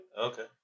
Okay